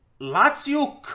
Lazio